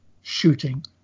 shooting